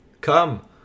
come